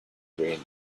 green